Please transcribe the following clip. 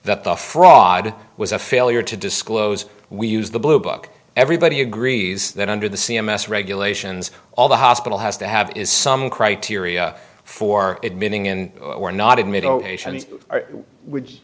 that the fraud was a failure to disclose we use the blue book everybody agrees that under the c m s regulations all the hospital has to have is some criteria for admitting and we're not in